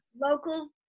Local